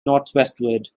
northwestward